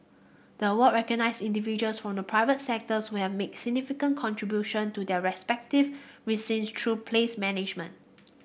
the award recognise individuals from the private sector who have made significant contribution to their respective precinct through place management